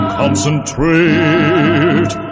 concentrate